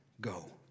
go